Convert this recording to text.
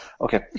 Okay